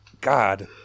God